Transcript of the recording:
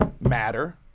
matter